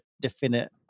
definite